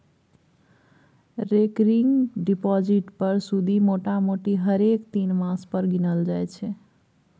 recurring deposit पर सुदि मोटामोटी हरेक तीन मास पर गिनल जाइ छै